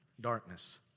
darkness